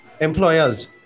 Employers